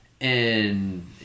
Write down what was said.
And-